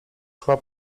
szła